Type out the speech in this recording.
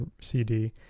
cd